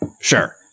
Sure